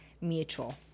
mutual